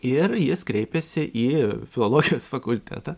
ir jis kreipėsi į filologijos fakultetą